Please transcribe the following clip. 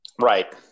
Right